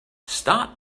start